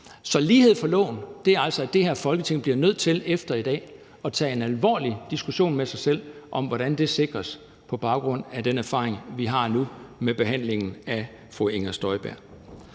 I dag er han minister. Så det her Folketing bliver altså efter i dag nødt til at tage en alvorlig diskussion med sig selv om, hvordan lighed for loven sikres på baggrund af den erfaring, vi har nu, med behandlingen af fru Inger Støjberg.